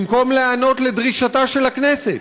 במקום להיענות לדרישתה של הכנסת,